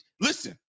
listen